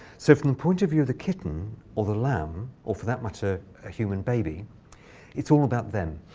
so from the point of view of the kitten or the lamb or, for that matter, a human baby it's all about them.